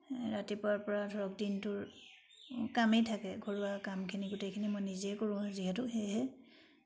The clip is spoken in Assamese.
ৰাতিপুৱাৰ পৰা ধৰক দিনটোৰ কামেই থাকে ঘৰুৱা কামখিনি গোটেইখিনি মই নিজেই কৰোঁ যিহেতু সেয়েহে